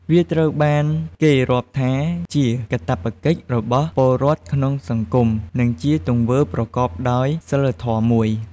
វាត្រូវបានគេរាប់ថាជាកាតព្វកិច្ចរបស់ពលរដ្ឋក្នុងសង្គម និងជាទង្វើប្រកបដោយសីលធម៌មួយ។